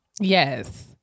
Yes